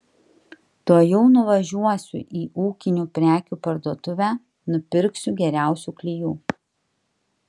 tuojau nuvažiuosiu į ūkinių prekių parduotuvę nupirksiu geriausių klijų